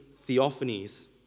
theophanies